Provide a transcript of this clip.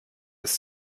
ist